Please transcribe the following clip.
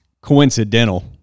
coincidental